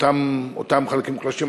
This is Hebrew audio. אותם חלקים מוחלשים,